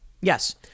Yes